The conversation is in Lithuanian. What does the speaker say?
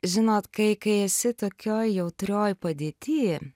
žinot kai kai esi tokioj jautrioj padėty